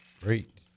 Great